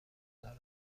دارم